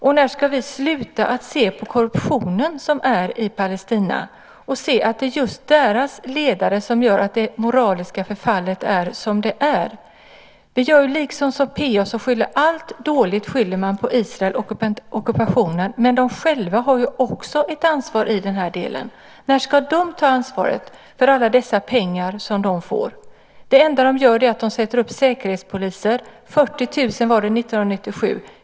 Och när ska vi se den korruption som finns i Palestina och se att det är just deras ledare som gör att det moraliska förfallet är som det är? Vi gör som PA. Allt dåligt skyller man på Israels ockupation. Men de själva har ju också ett ansvar i den här delen. När ska de ta ansvaret för alla de pengar som de får? Det enda de gör är att de sätter upp säkerhetspoliser, 40 000 var det 1997.